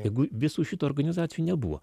jeigu visų šitų organizacijų nebuvo